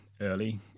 early